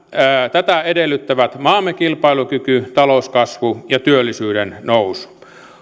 tätä edellyttävät maamme kilpailukyky talouskasvu ja työllisyyden nousu